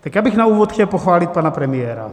Já bych na úvod chtěl pochválit pana premiéra.